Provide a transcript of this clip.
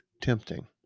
tempting